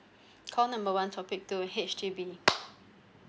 call number one topic two H_D_B